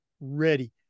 Ready